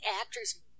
actor's